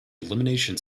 elimination